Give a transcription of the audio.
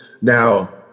Now